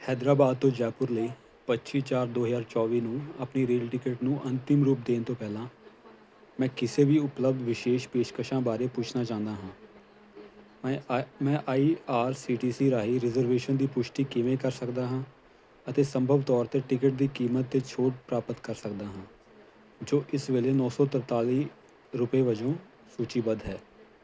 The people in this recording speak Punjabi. ਹੈਦਰਾਬਾਦ ਤੋਂ ਜੈਪੁਰ ਲਈ ਪੱਚੀ ਚਾਰ ਦੋ ਹਜ਼ਾਰ ਚੌਵੀ ਨੂੰ ਆਪਣੀ ਰੇਲ ਟਿਕਟ ਨੂੰ ਅੰਤਿਮ ਰੂਪ ਦੇਣ ਤੋਂ ਪਹਿਲਾਂ ਮੈਂ ਕਿਸੇ ਵੀ ਉਪਲੱਬਧ ਵਿਸ਼ੇਸ਼ ਪੇਸ਼ਕਸ਼ਾਂ ਬਾਰੇ ਪੁੱਛਣਾ ਚਾਹੁੰਦਾ ਹਾਂ ਮੈਂ ਆਈ ਮੈਂ I R C T C ਰਾਹੀਂ ਰਿਜ਼ਰਵੇਸ਼ਨ ਦੀ ਪੁਸ਼ਟੀ ਕਿਵੇਂ ਕਰ ਸਕਦਾ ਹਾਂ ਅਤੇ ਸੰਭਵ ਤੌਰ 'ਤੇ ਟਿਕਟ ਦੀ ਕੀਮਤ 'ਤੇ ਛੋਟ ਪ੍ਰਾਪਤ ਕਰ ਸਕਦਾ ਹਾਂ ਜੋ ਇਸ ਵੇਲੇ ਨੌਂ ਸੌ ਤਰਤਾਲੀ ਰੁਪਏ ਵਜੋਂ ਸੂਚੀਬੱਧ ਹੈ